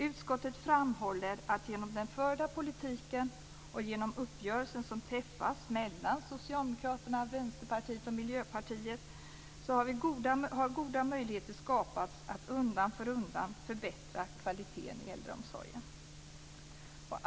Utskottet framhåller att det genom den förda politiken och den uppgörelse som träffats mellan Socialdemokraterna, Vänsterpartiet och Miljöpartiet har skapats goda möjligheter att undan för undan förbättra kvaliteten i äldreomsorgen.